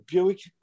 Buick